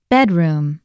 Bedroom